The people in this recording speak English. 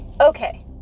Okay